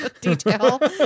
detail